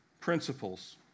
principles